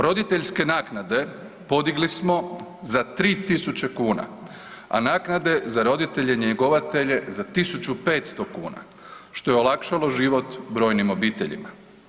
Roditeljske naknade podigli smo za 3.000 kuna, a naknade za roditelje njegovatelje za 1.500 kuna što je olakšalo život brojnim obiteljima.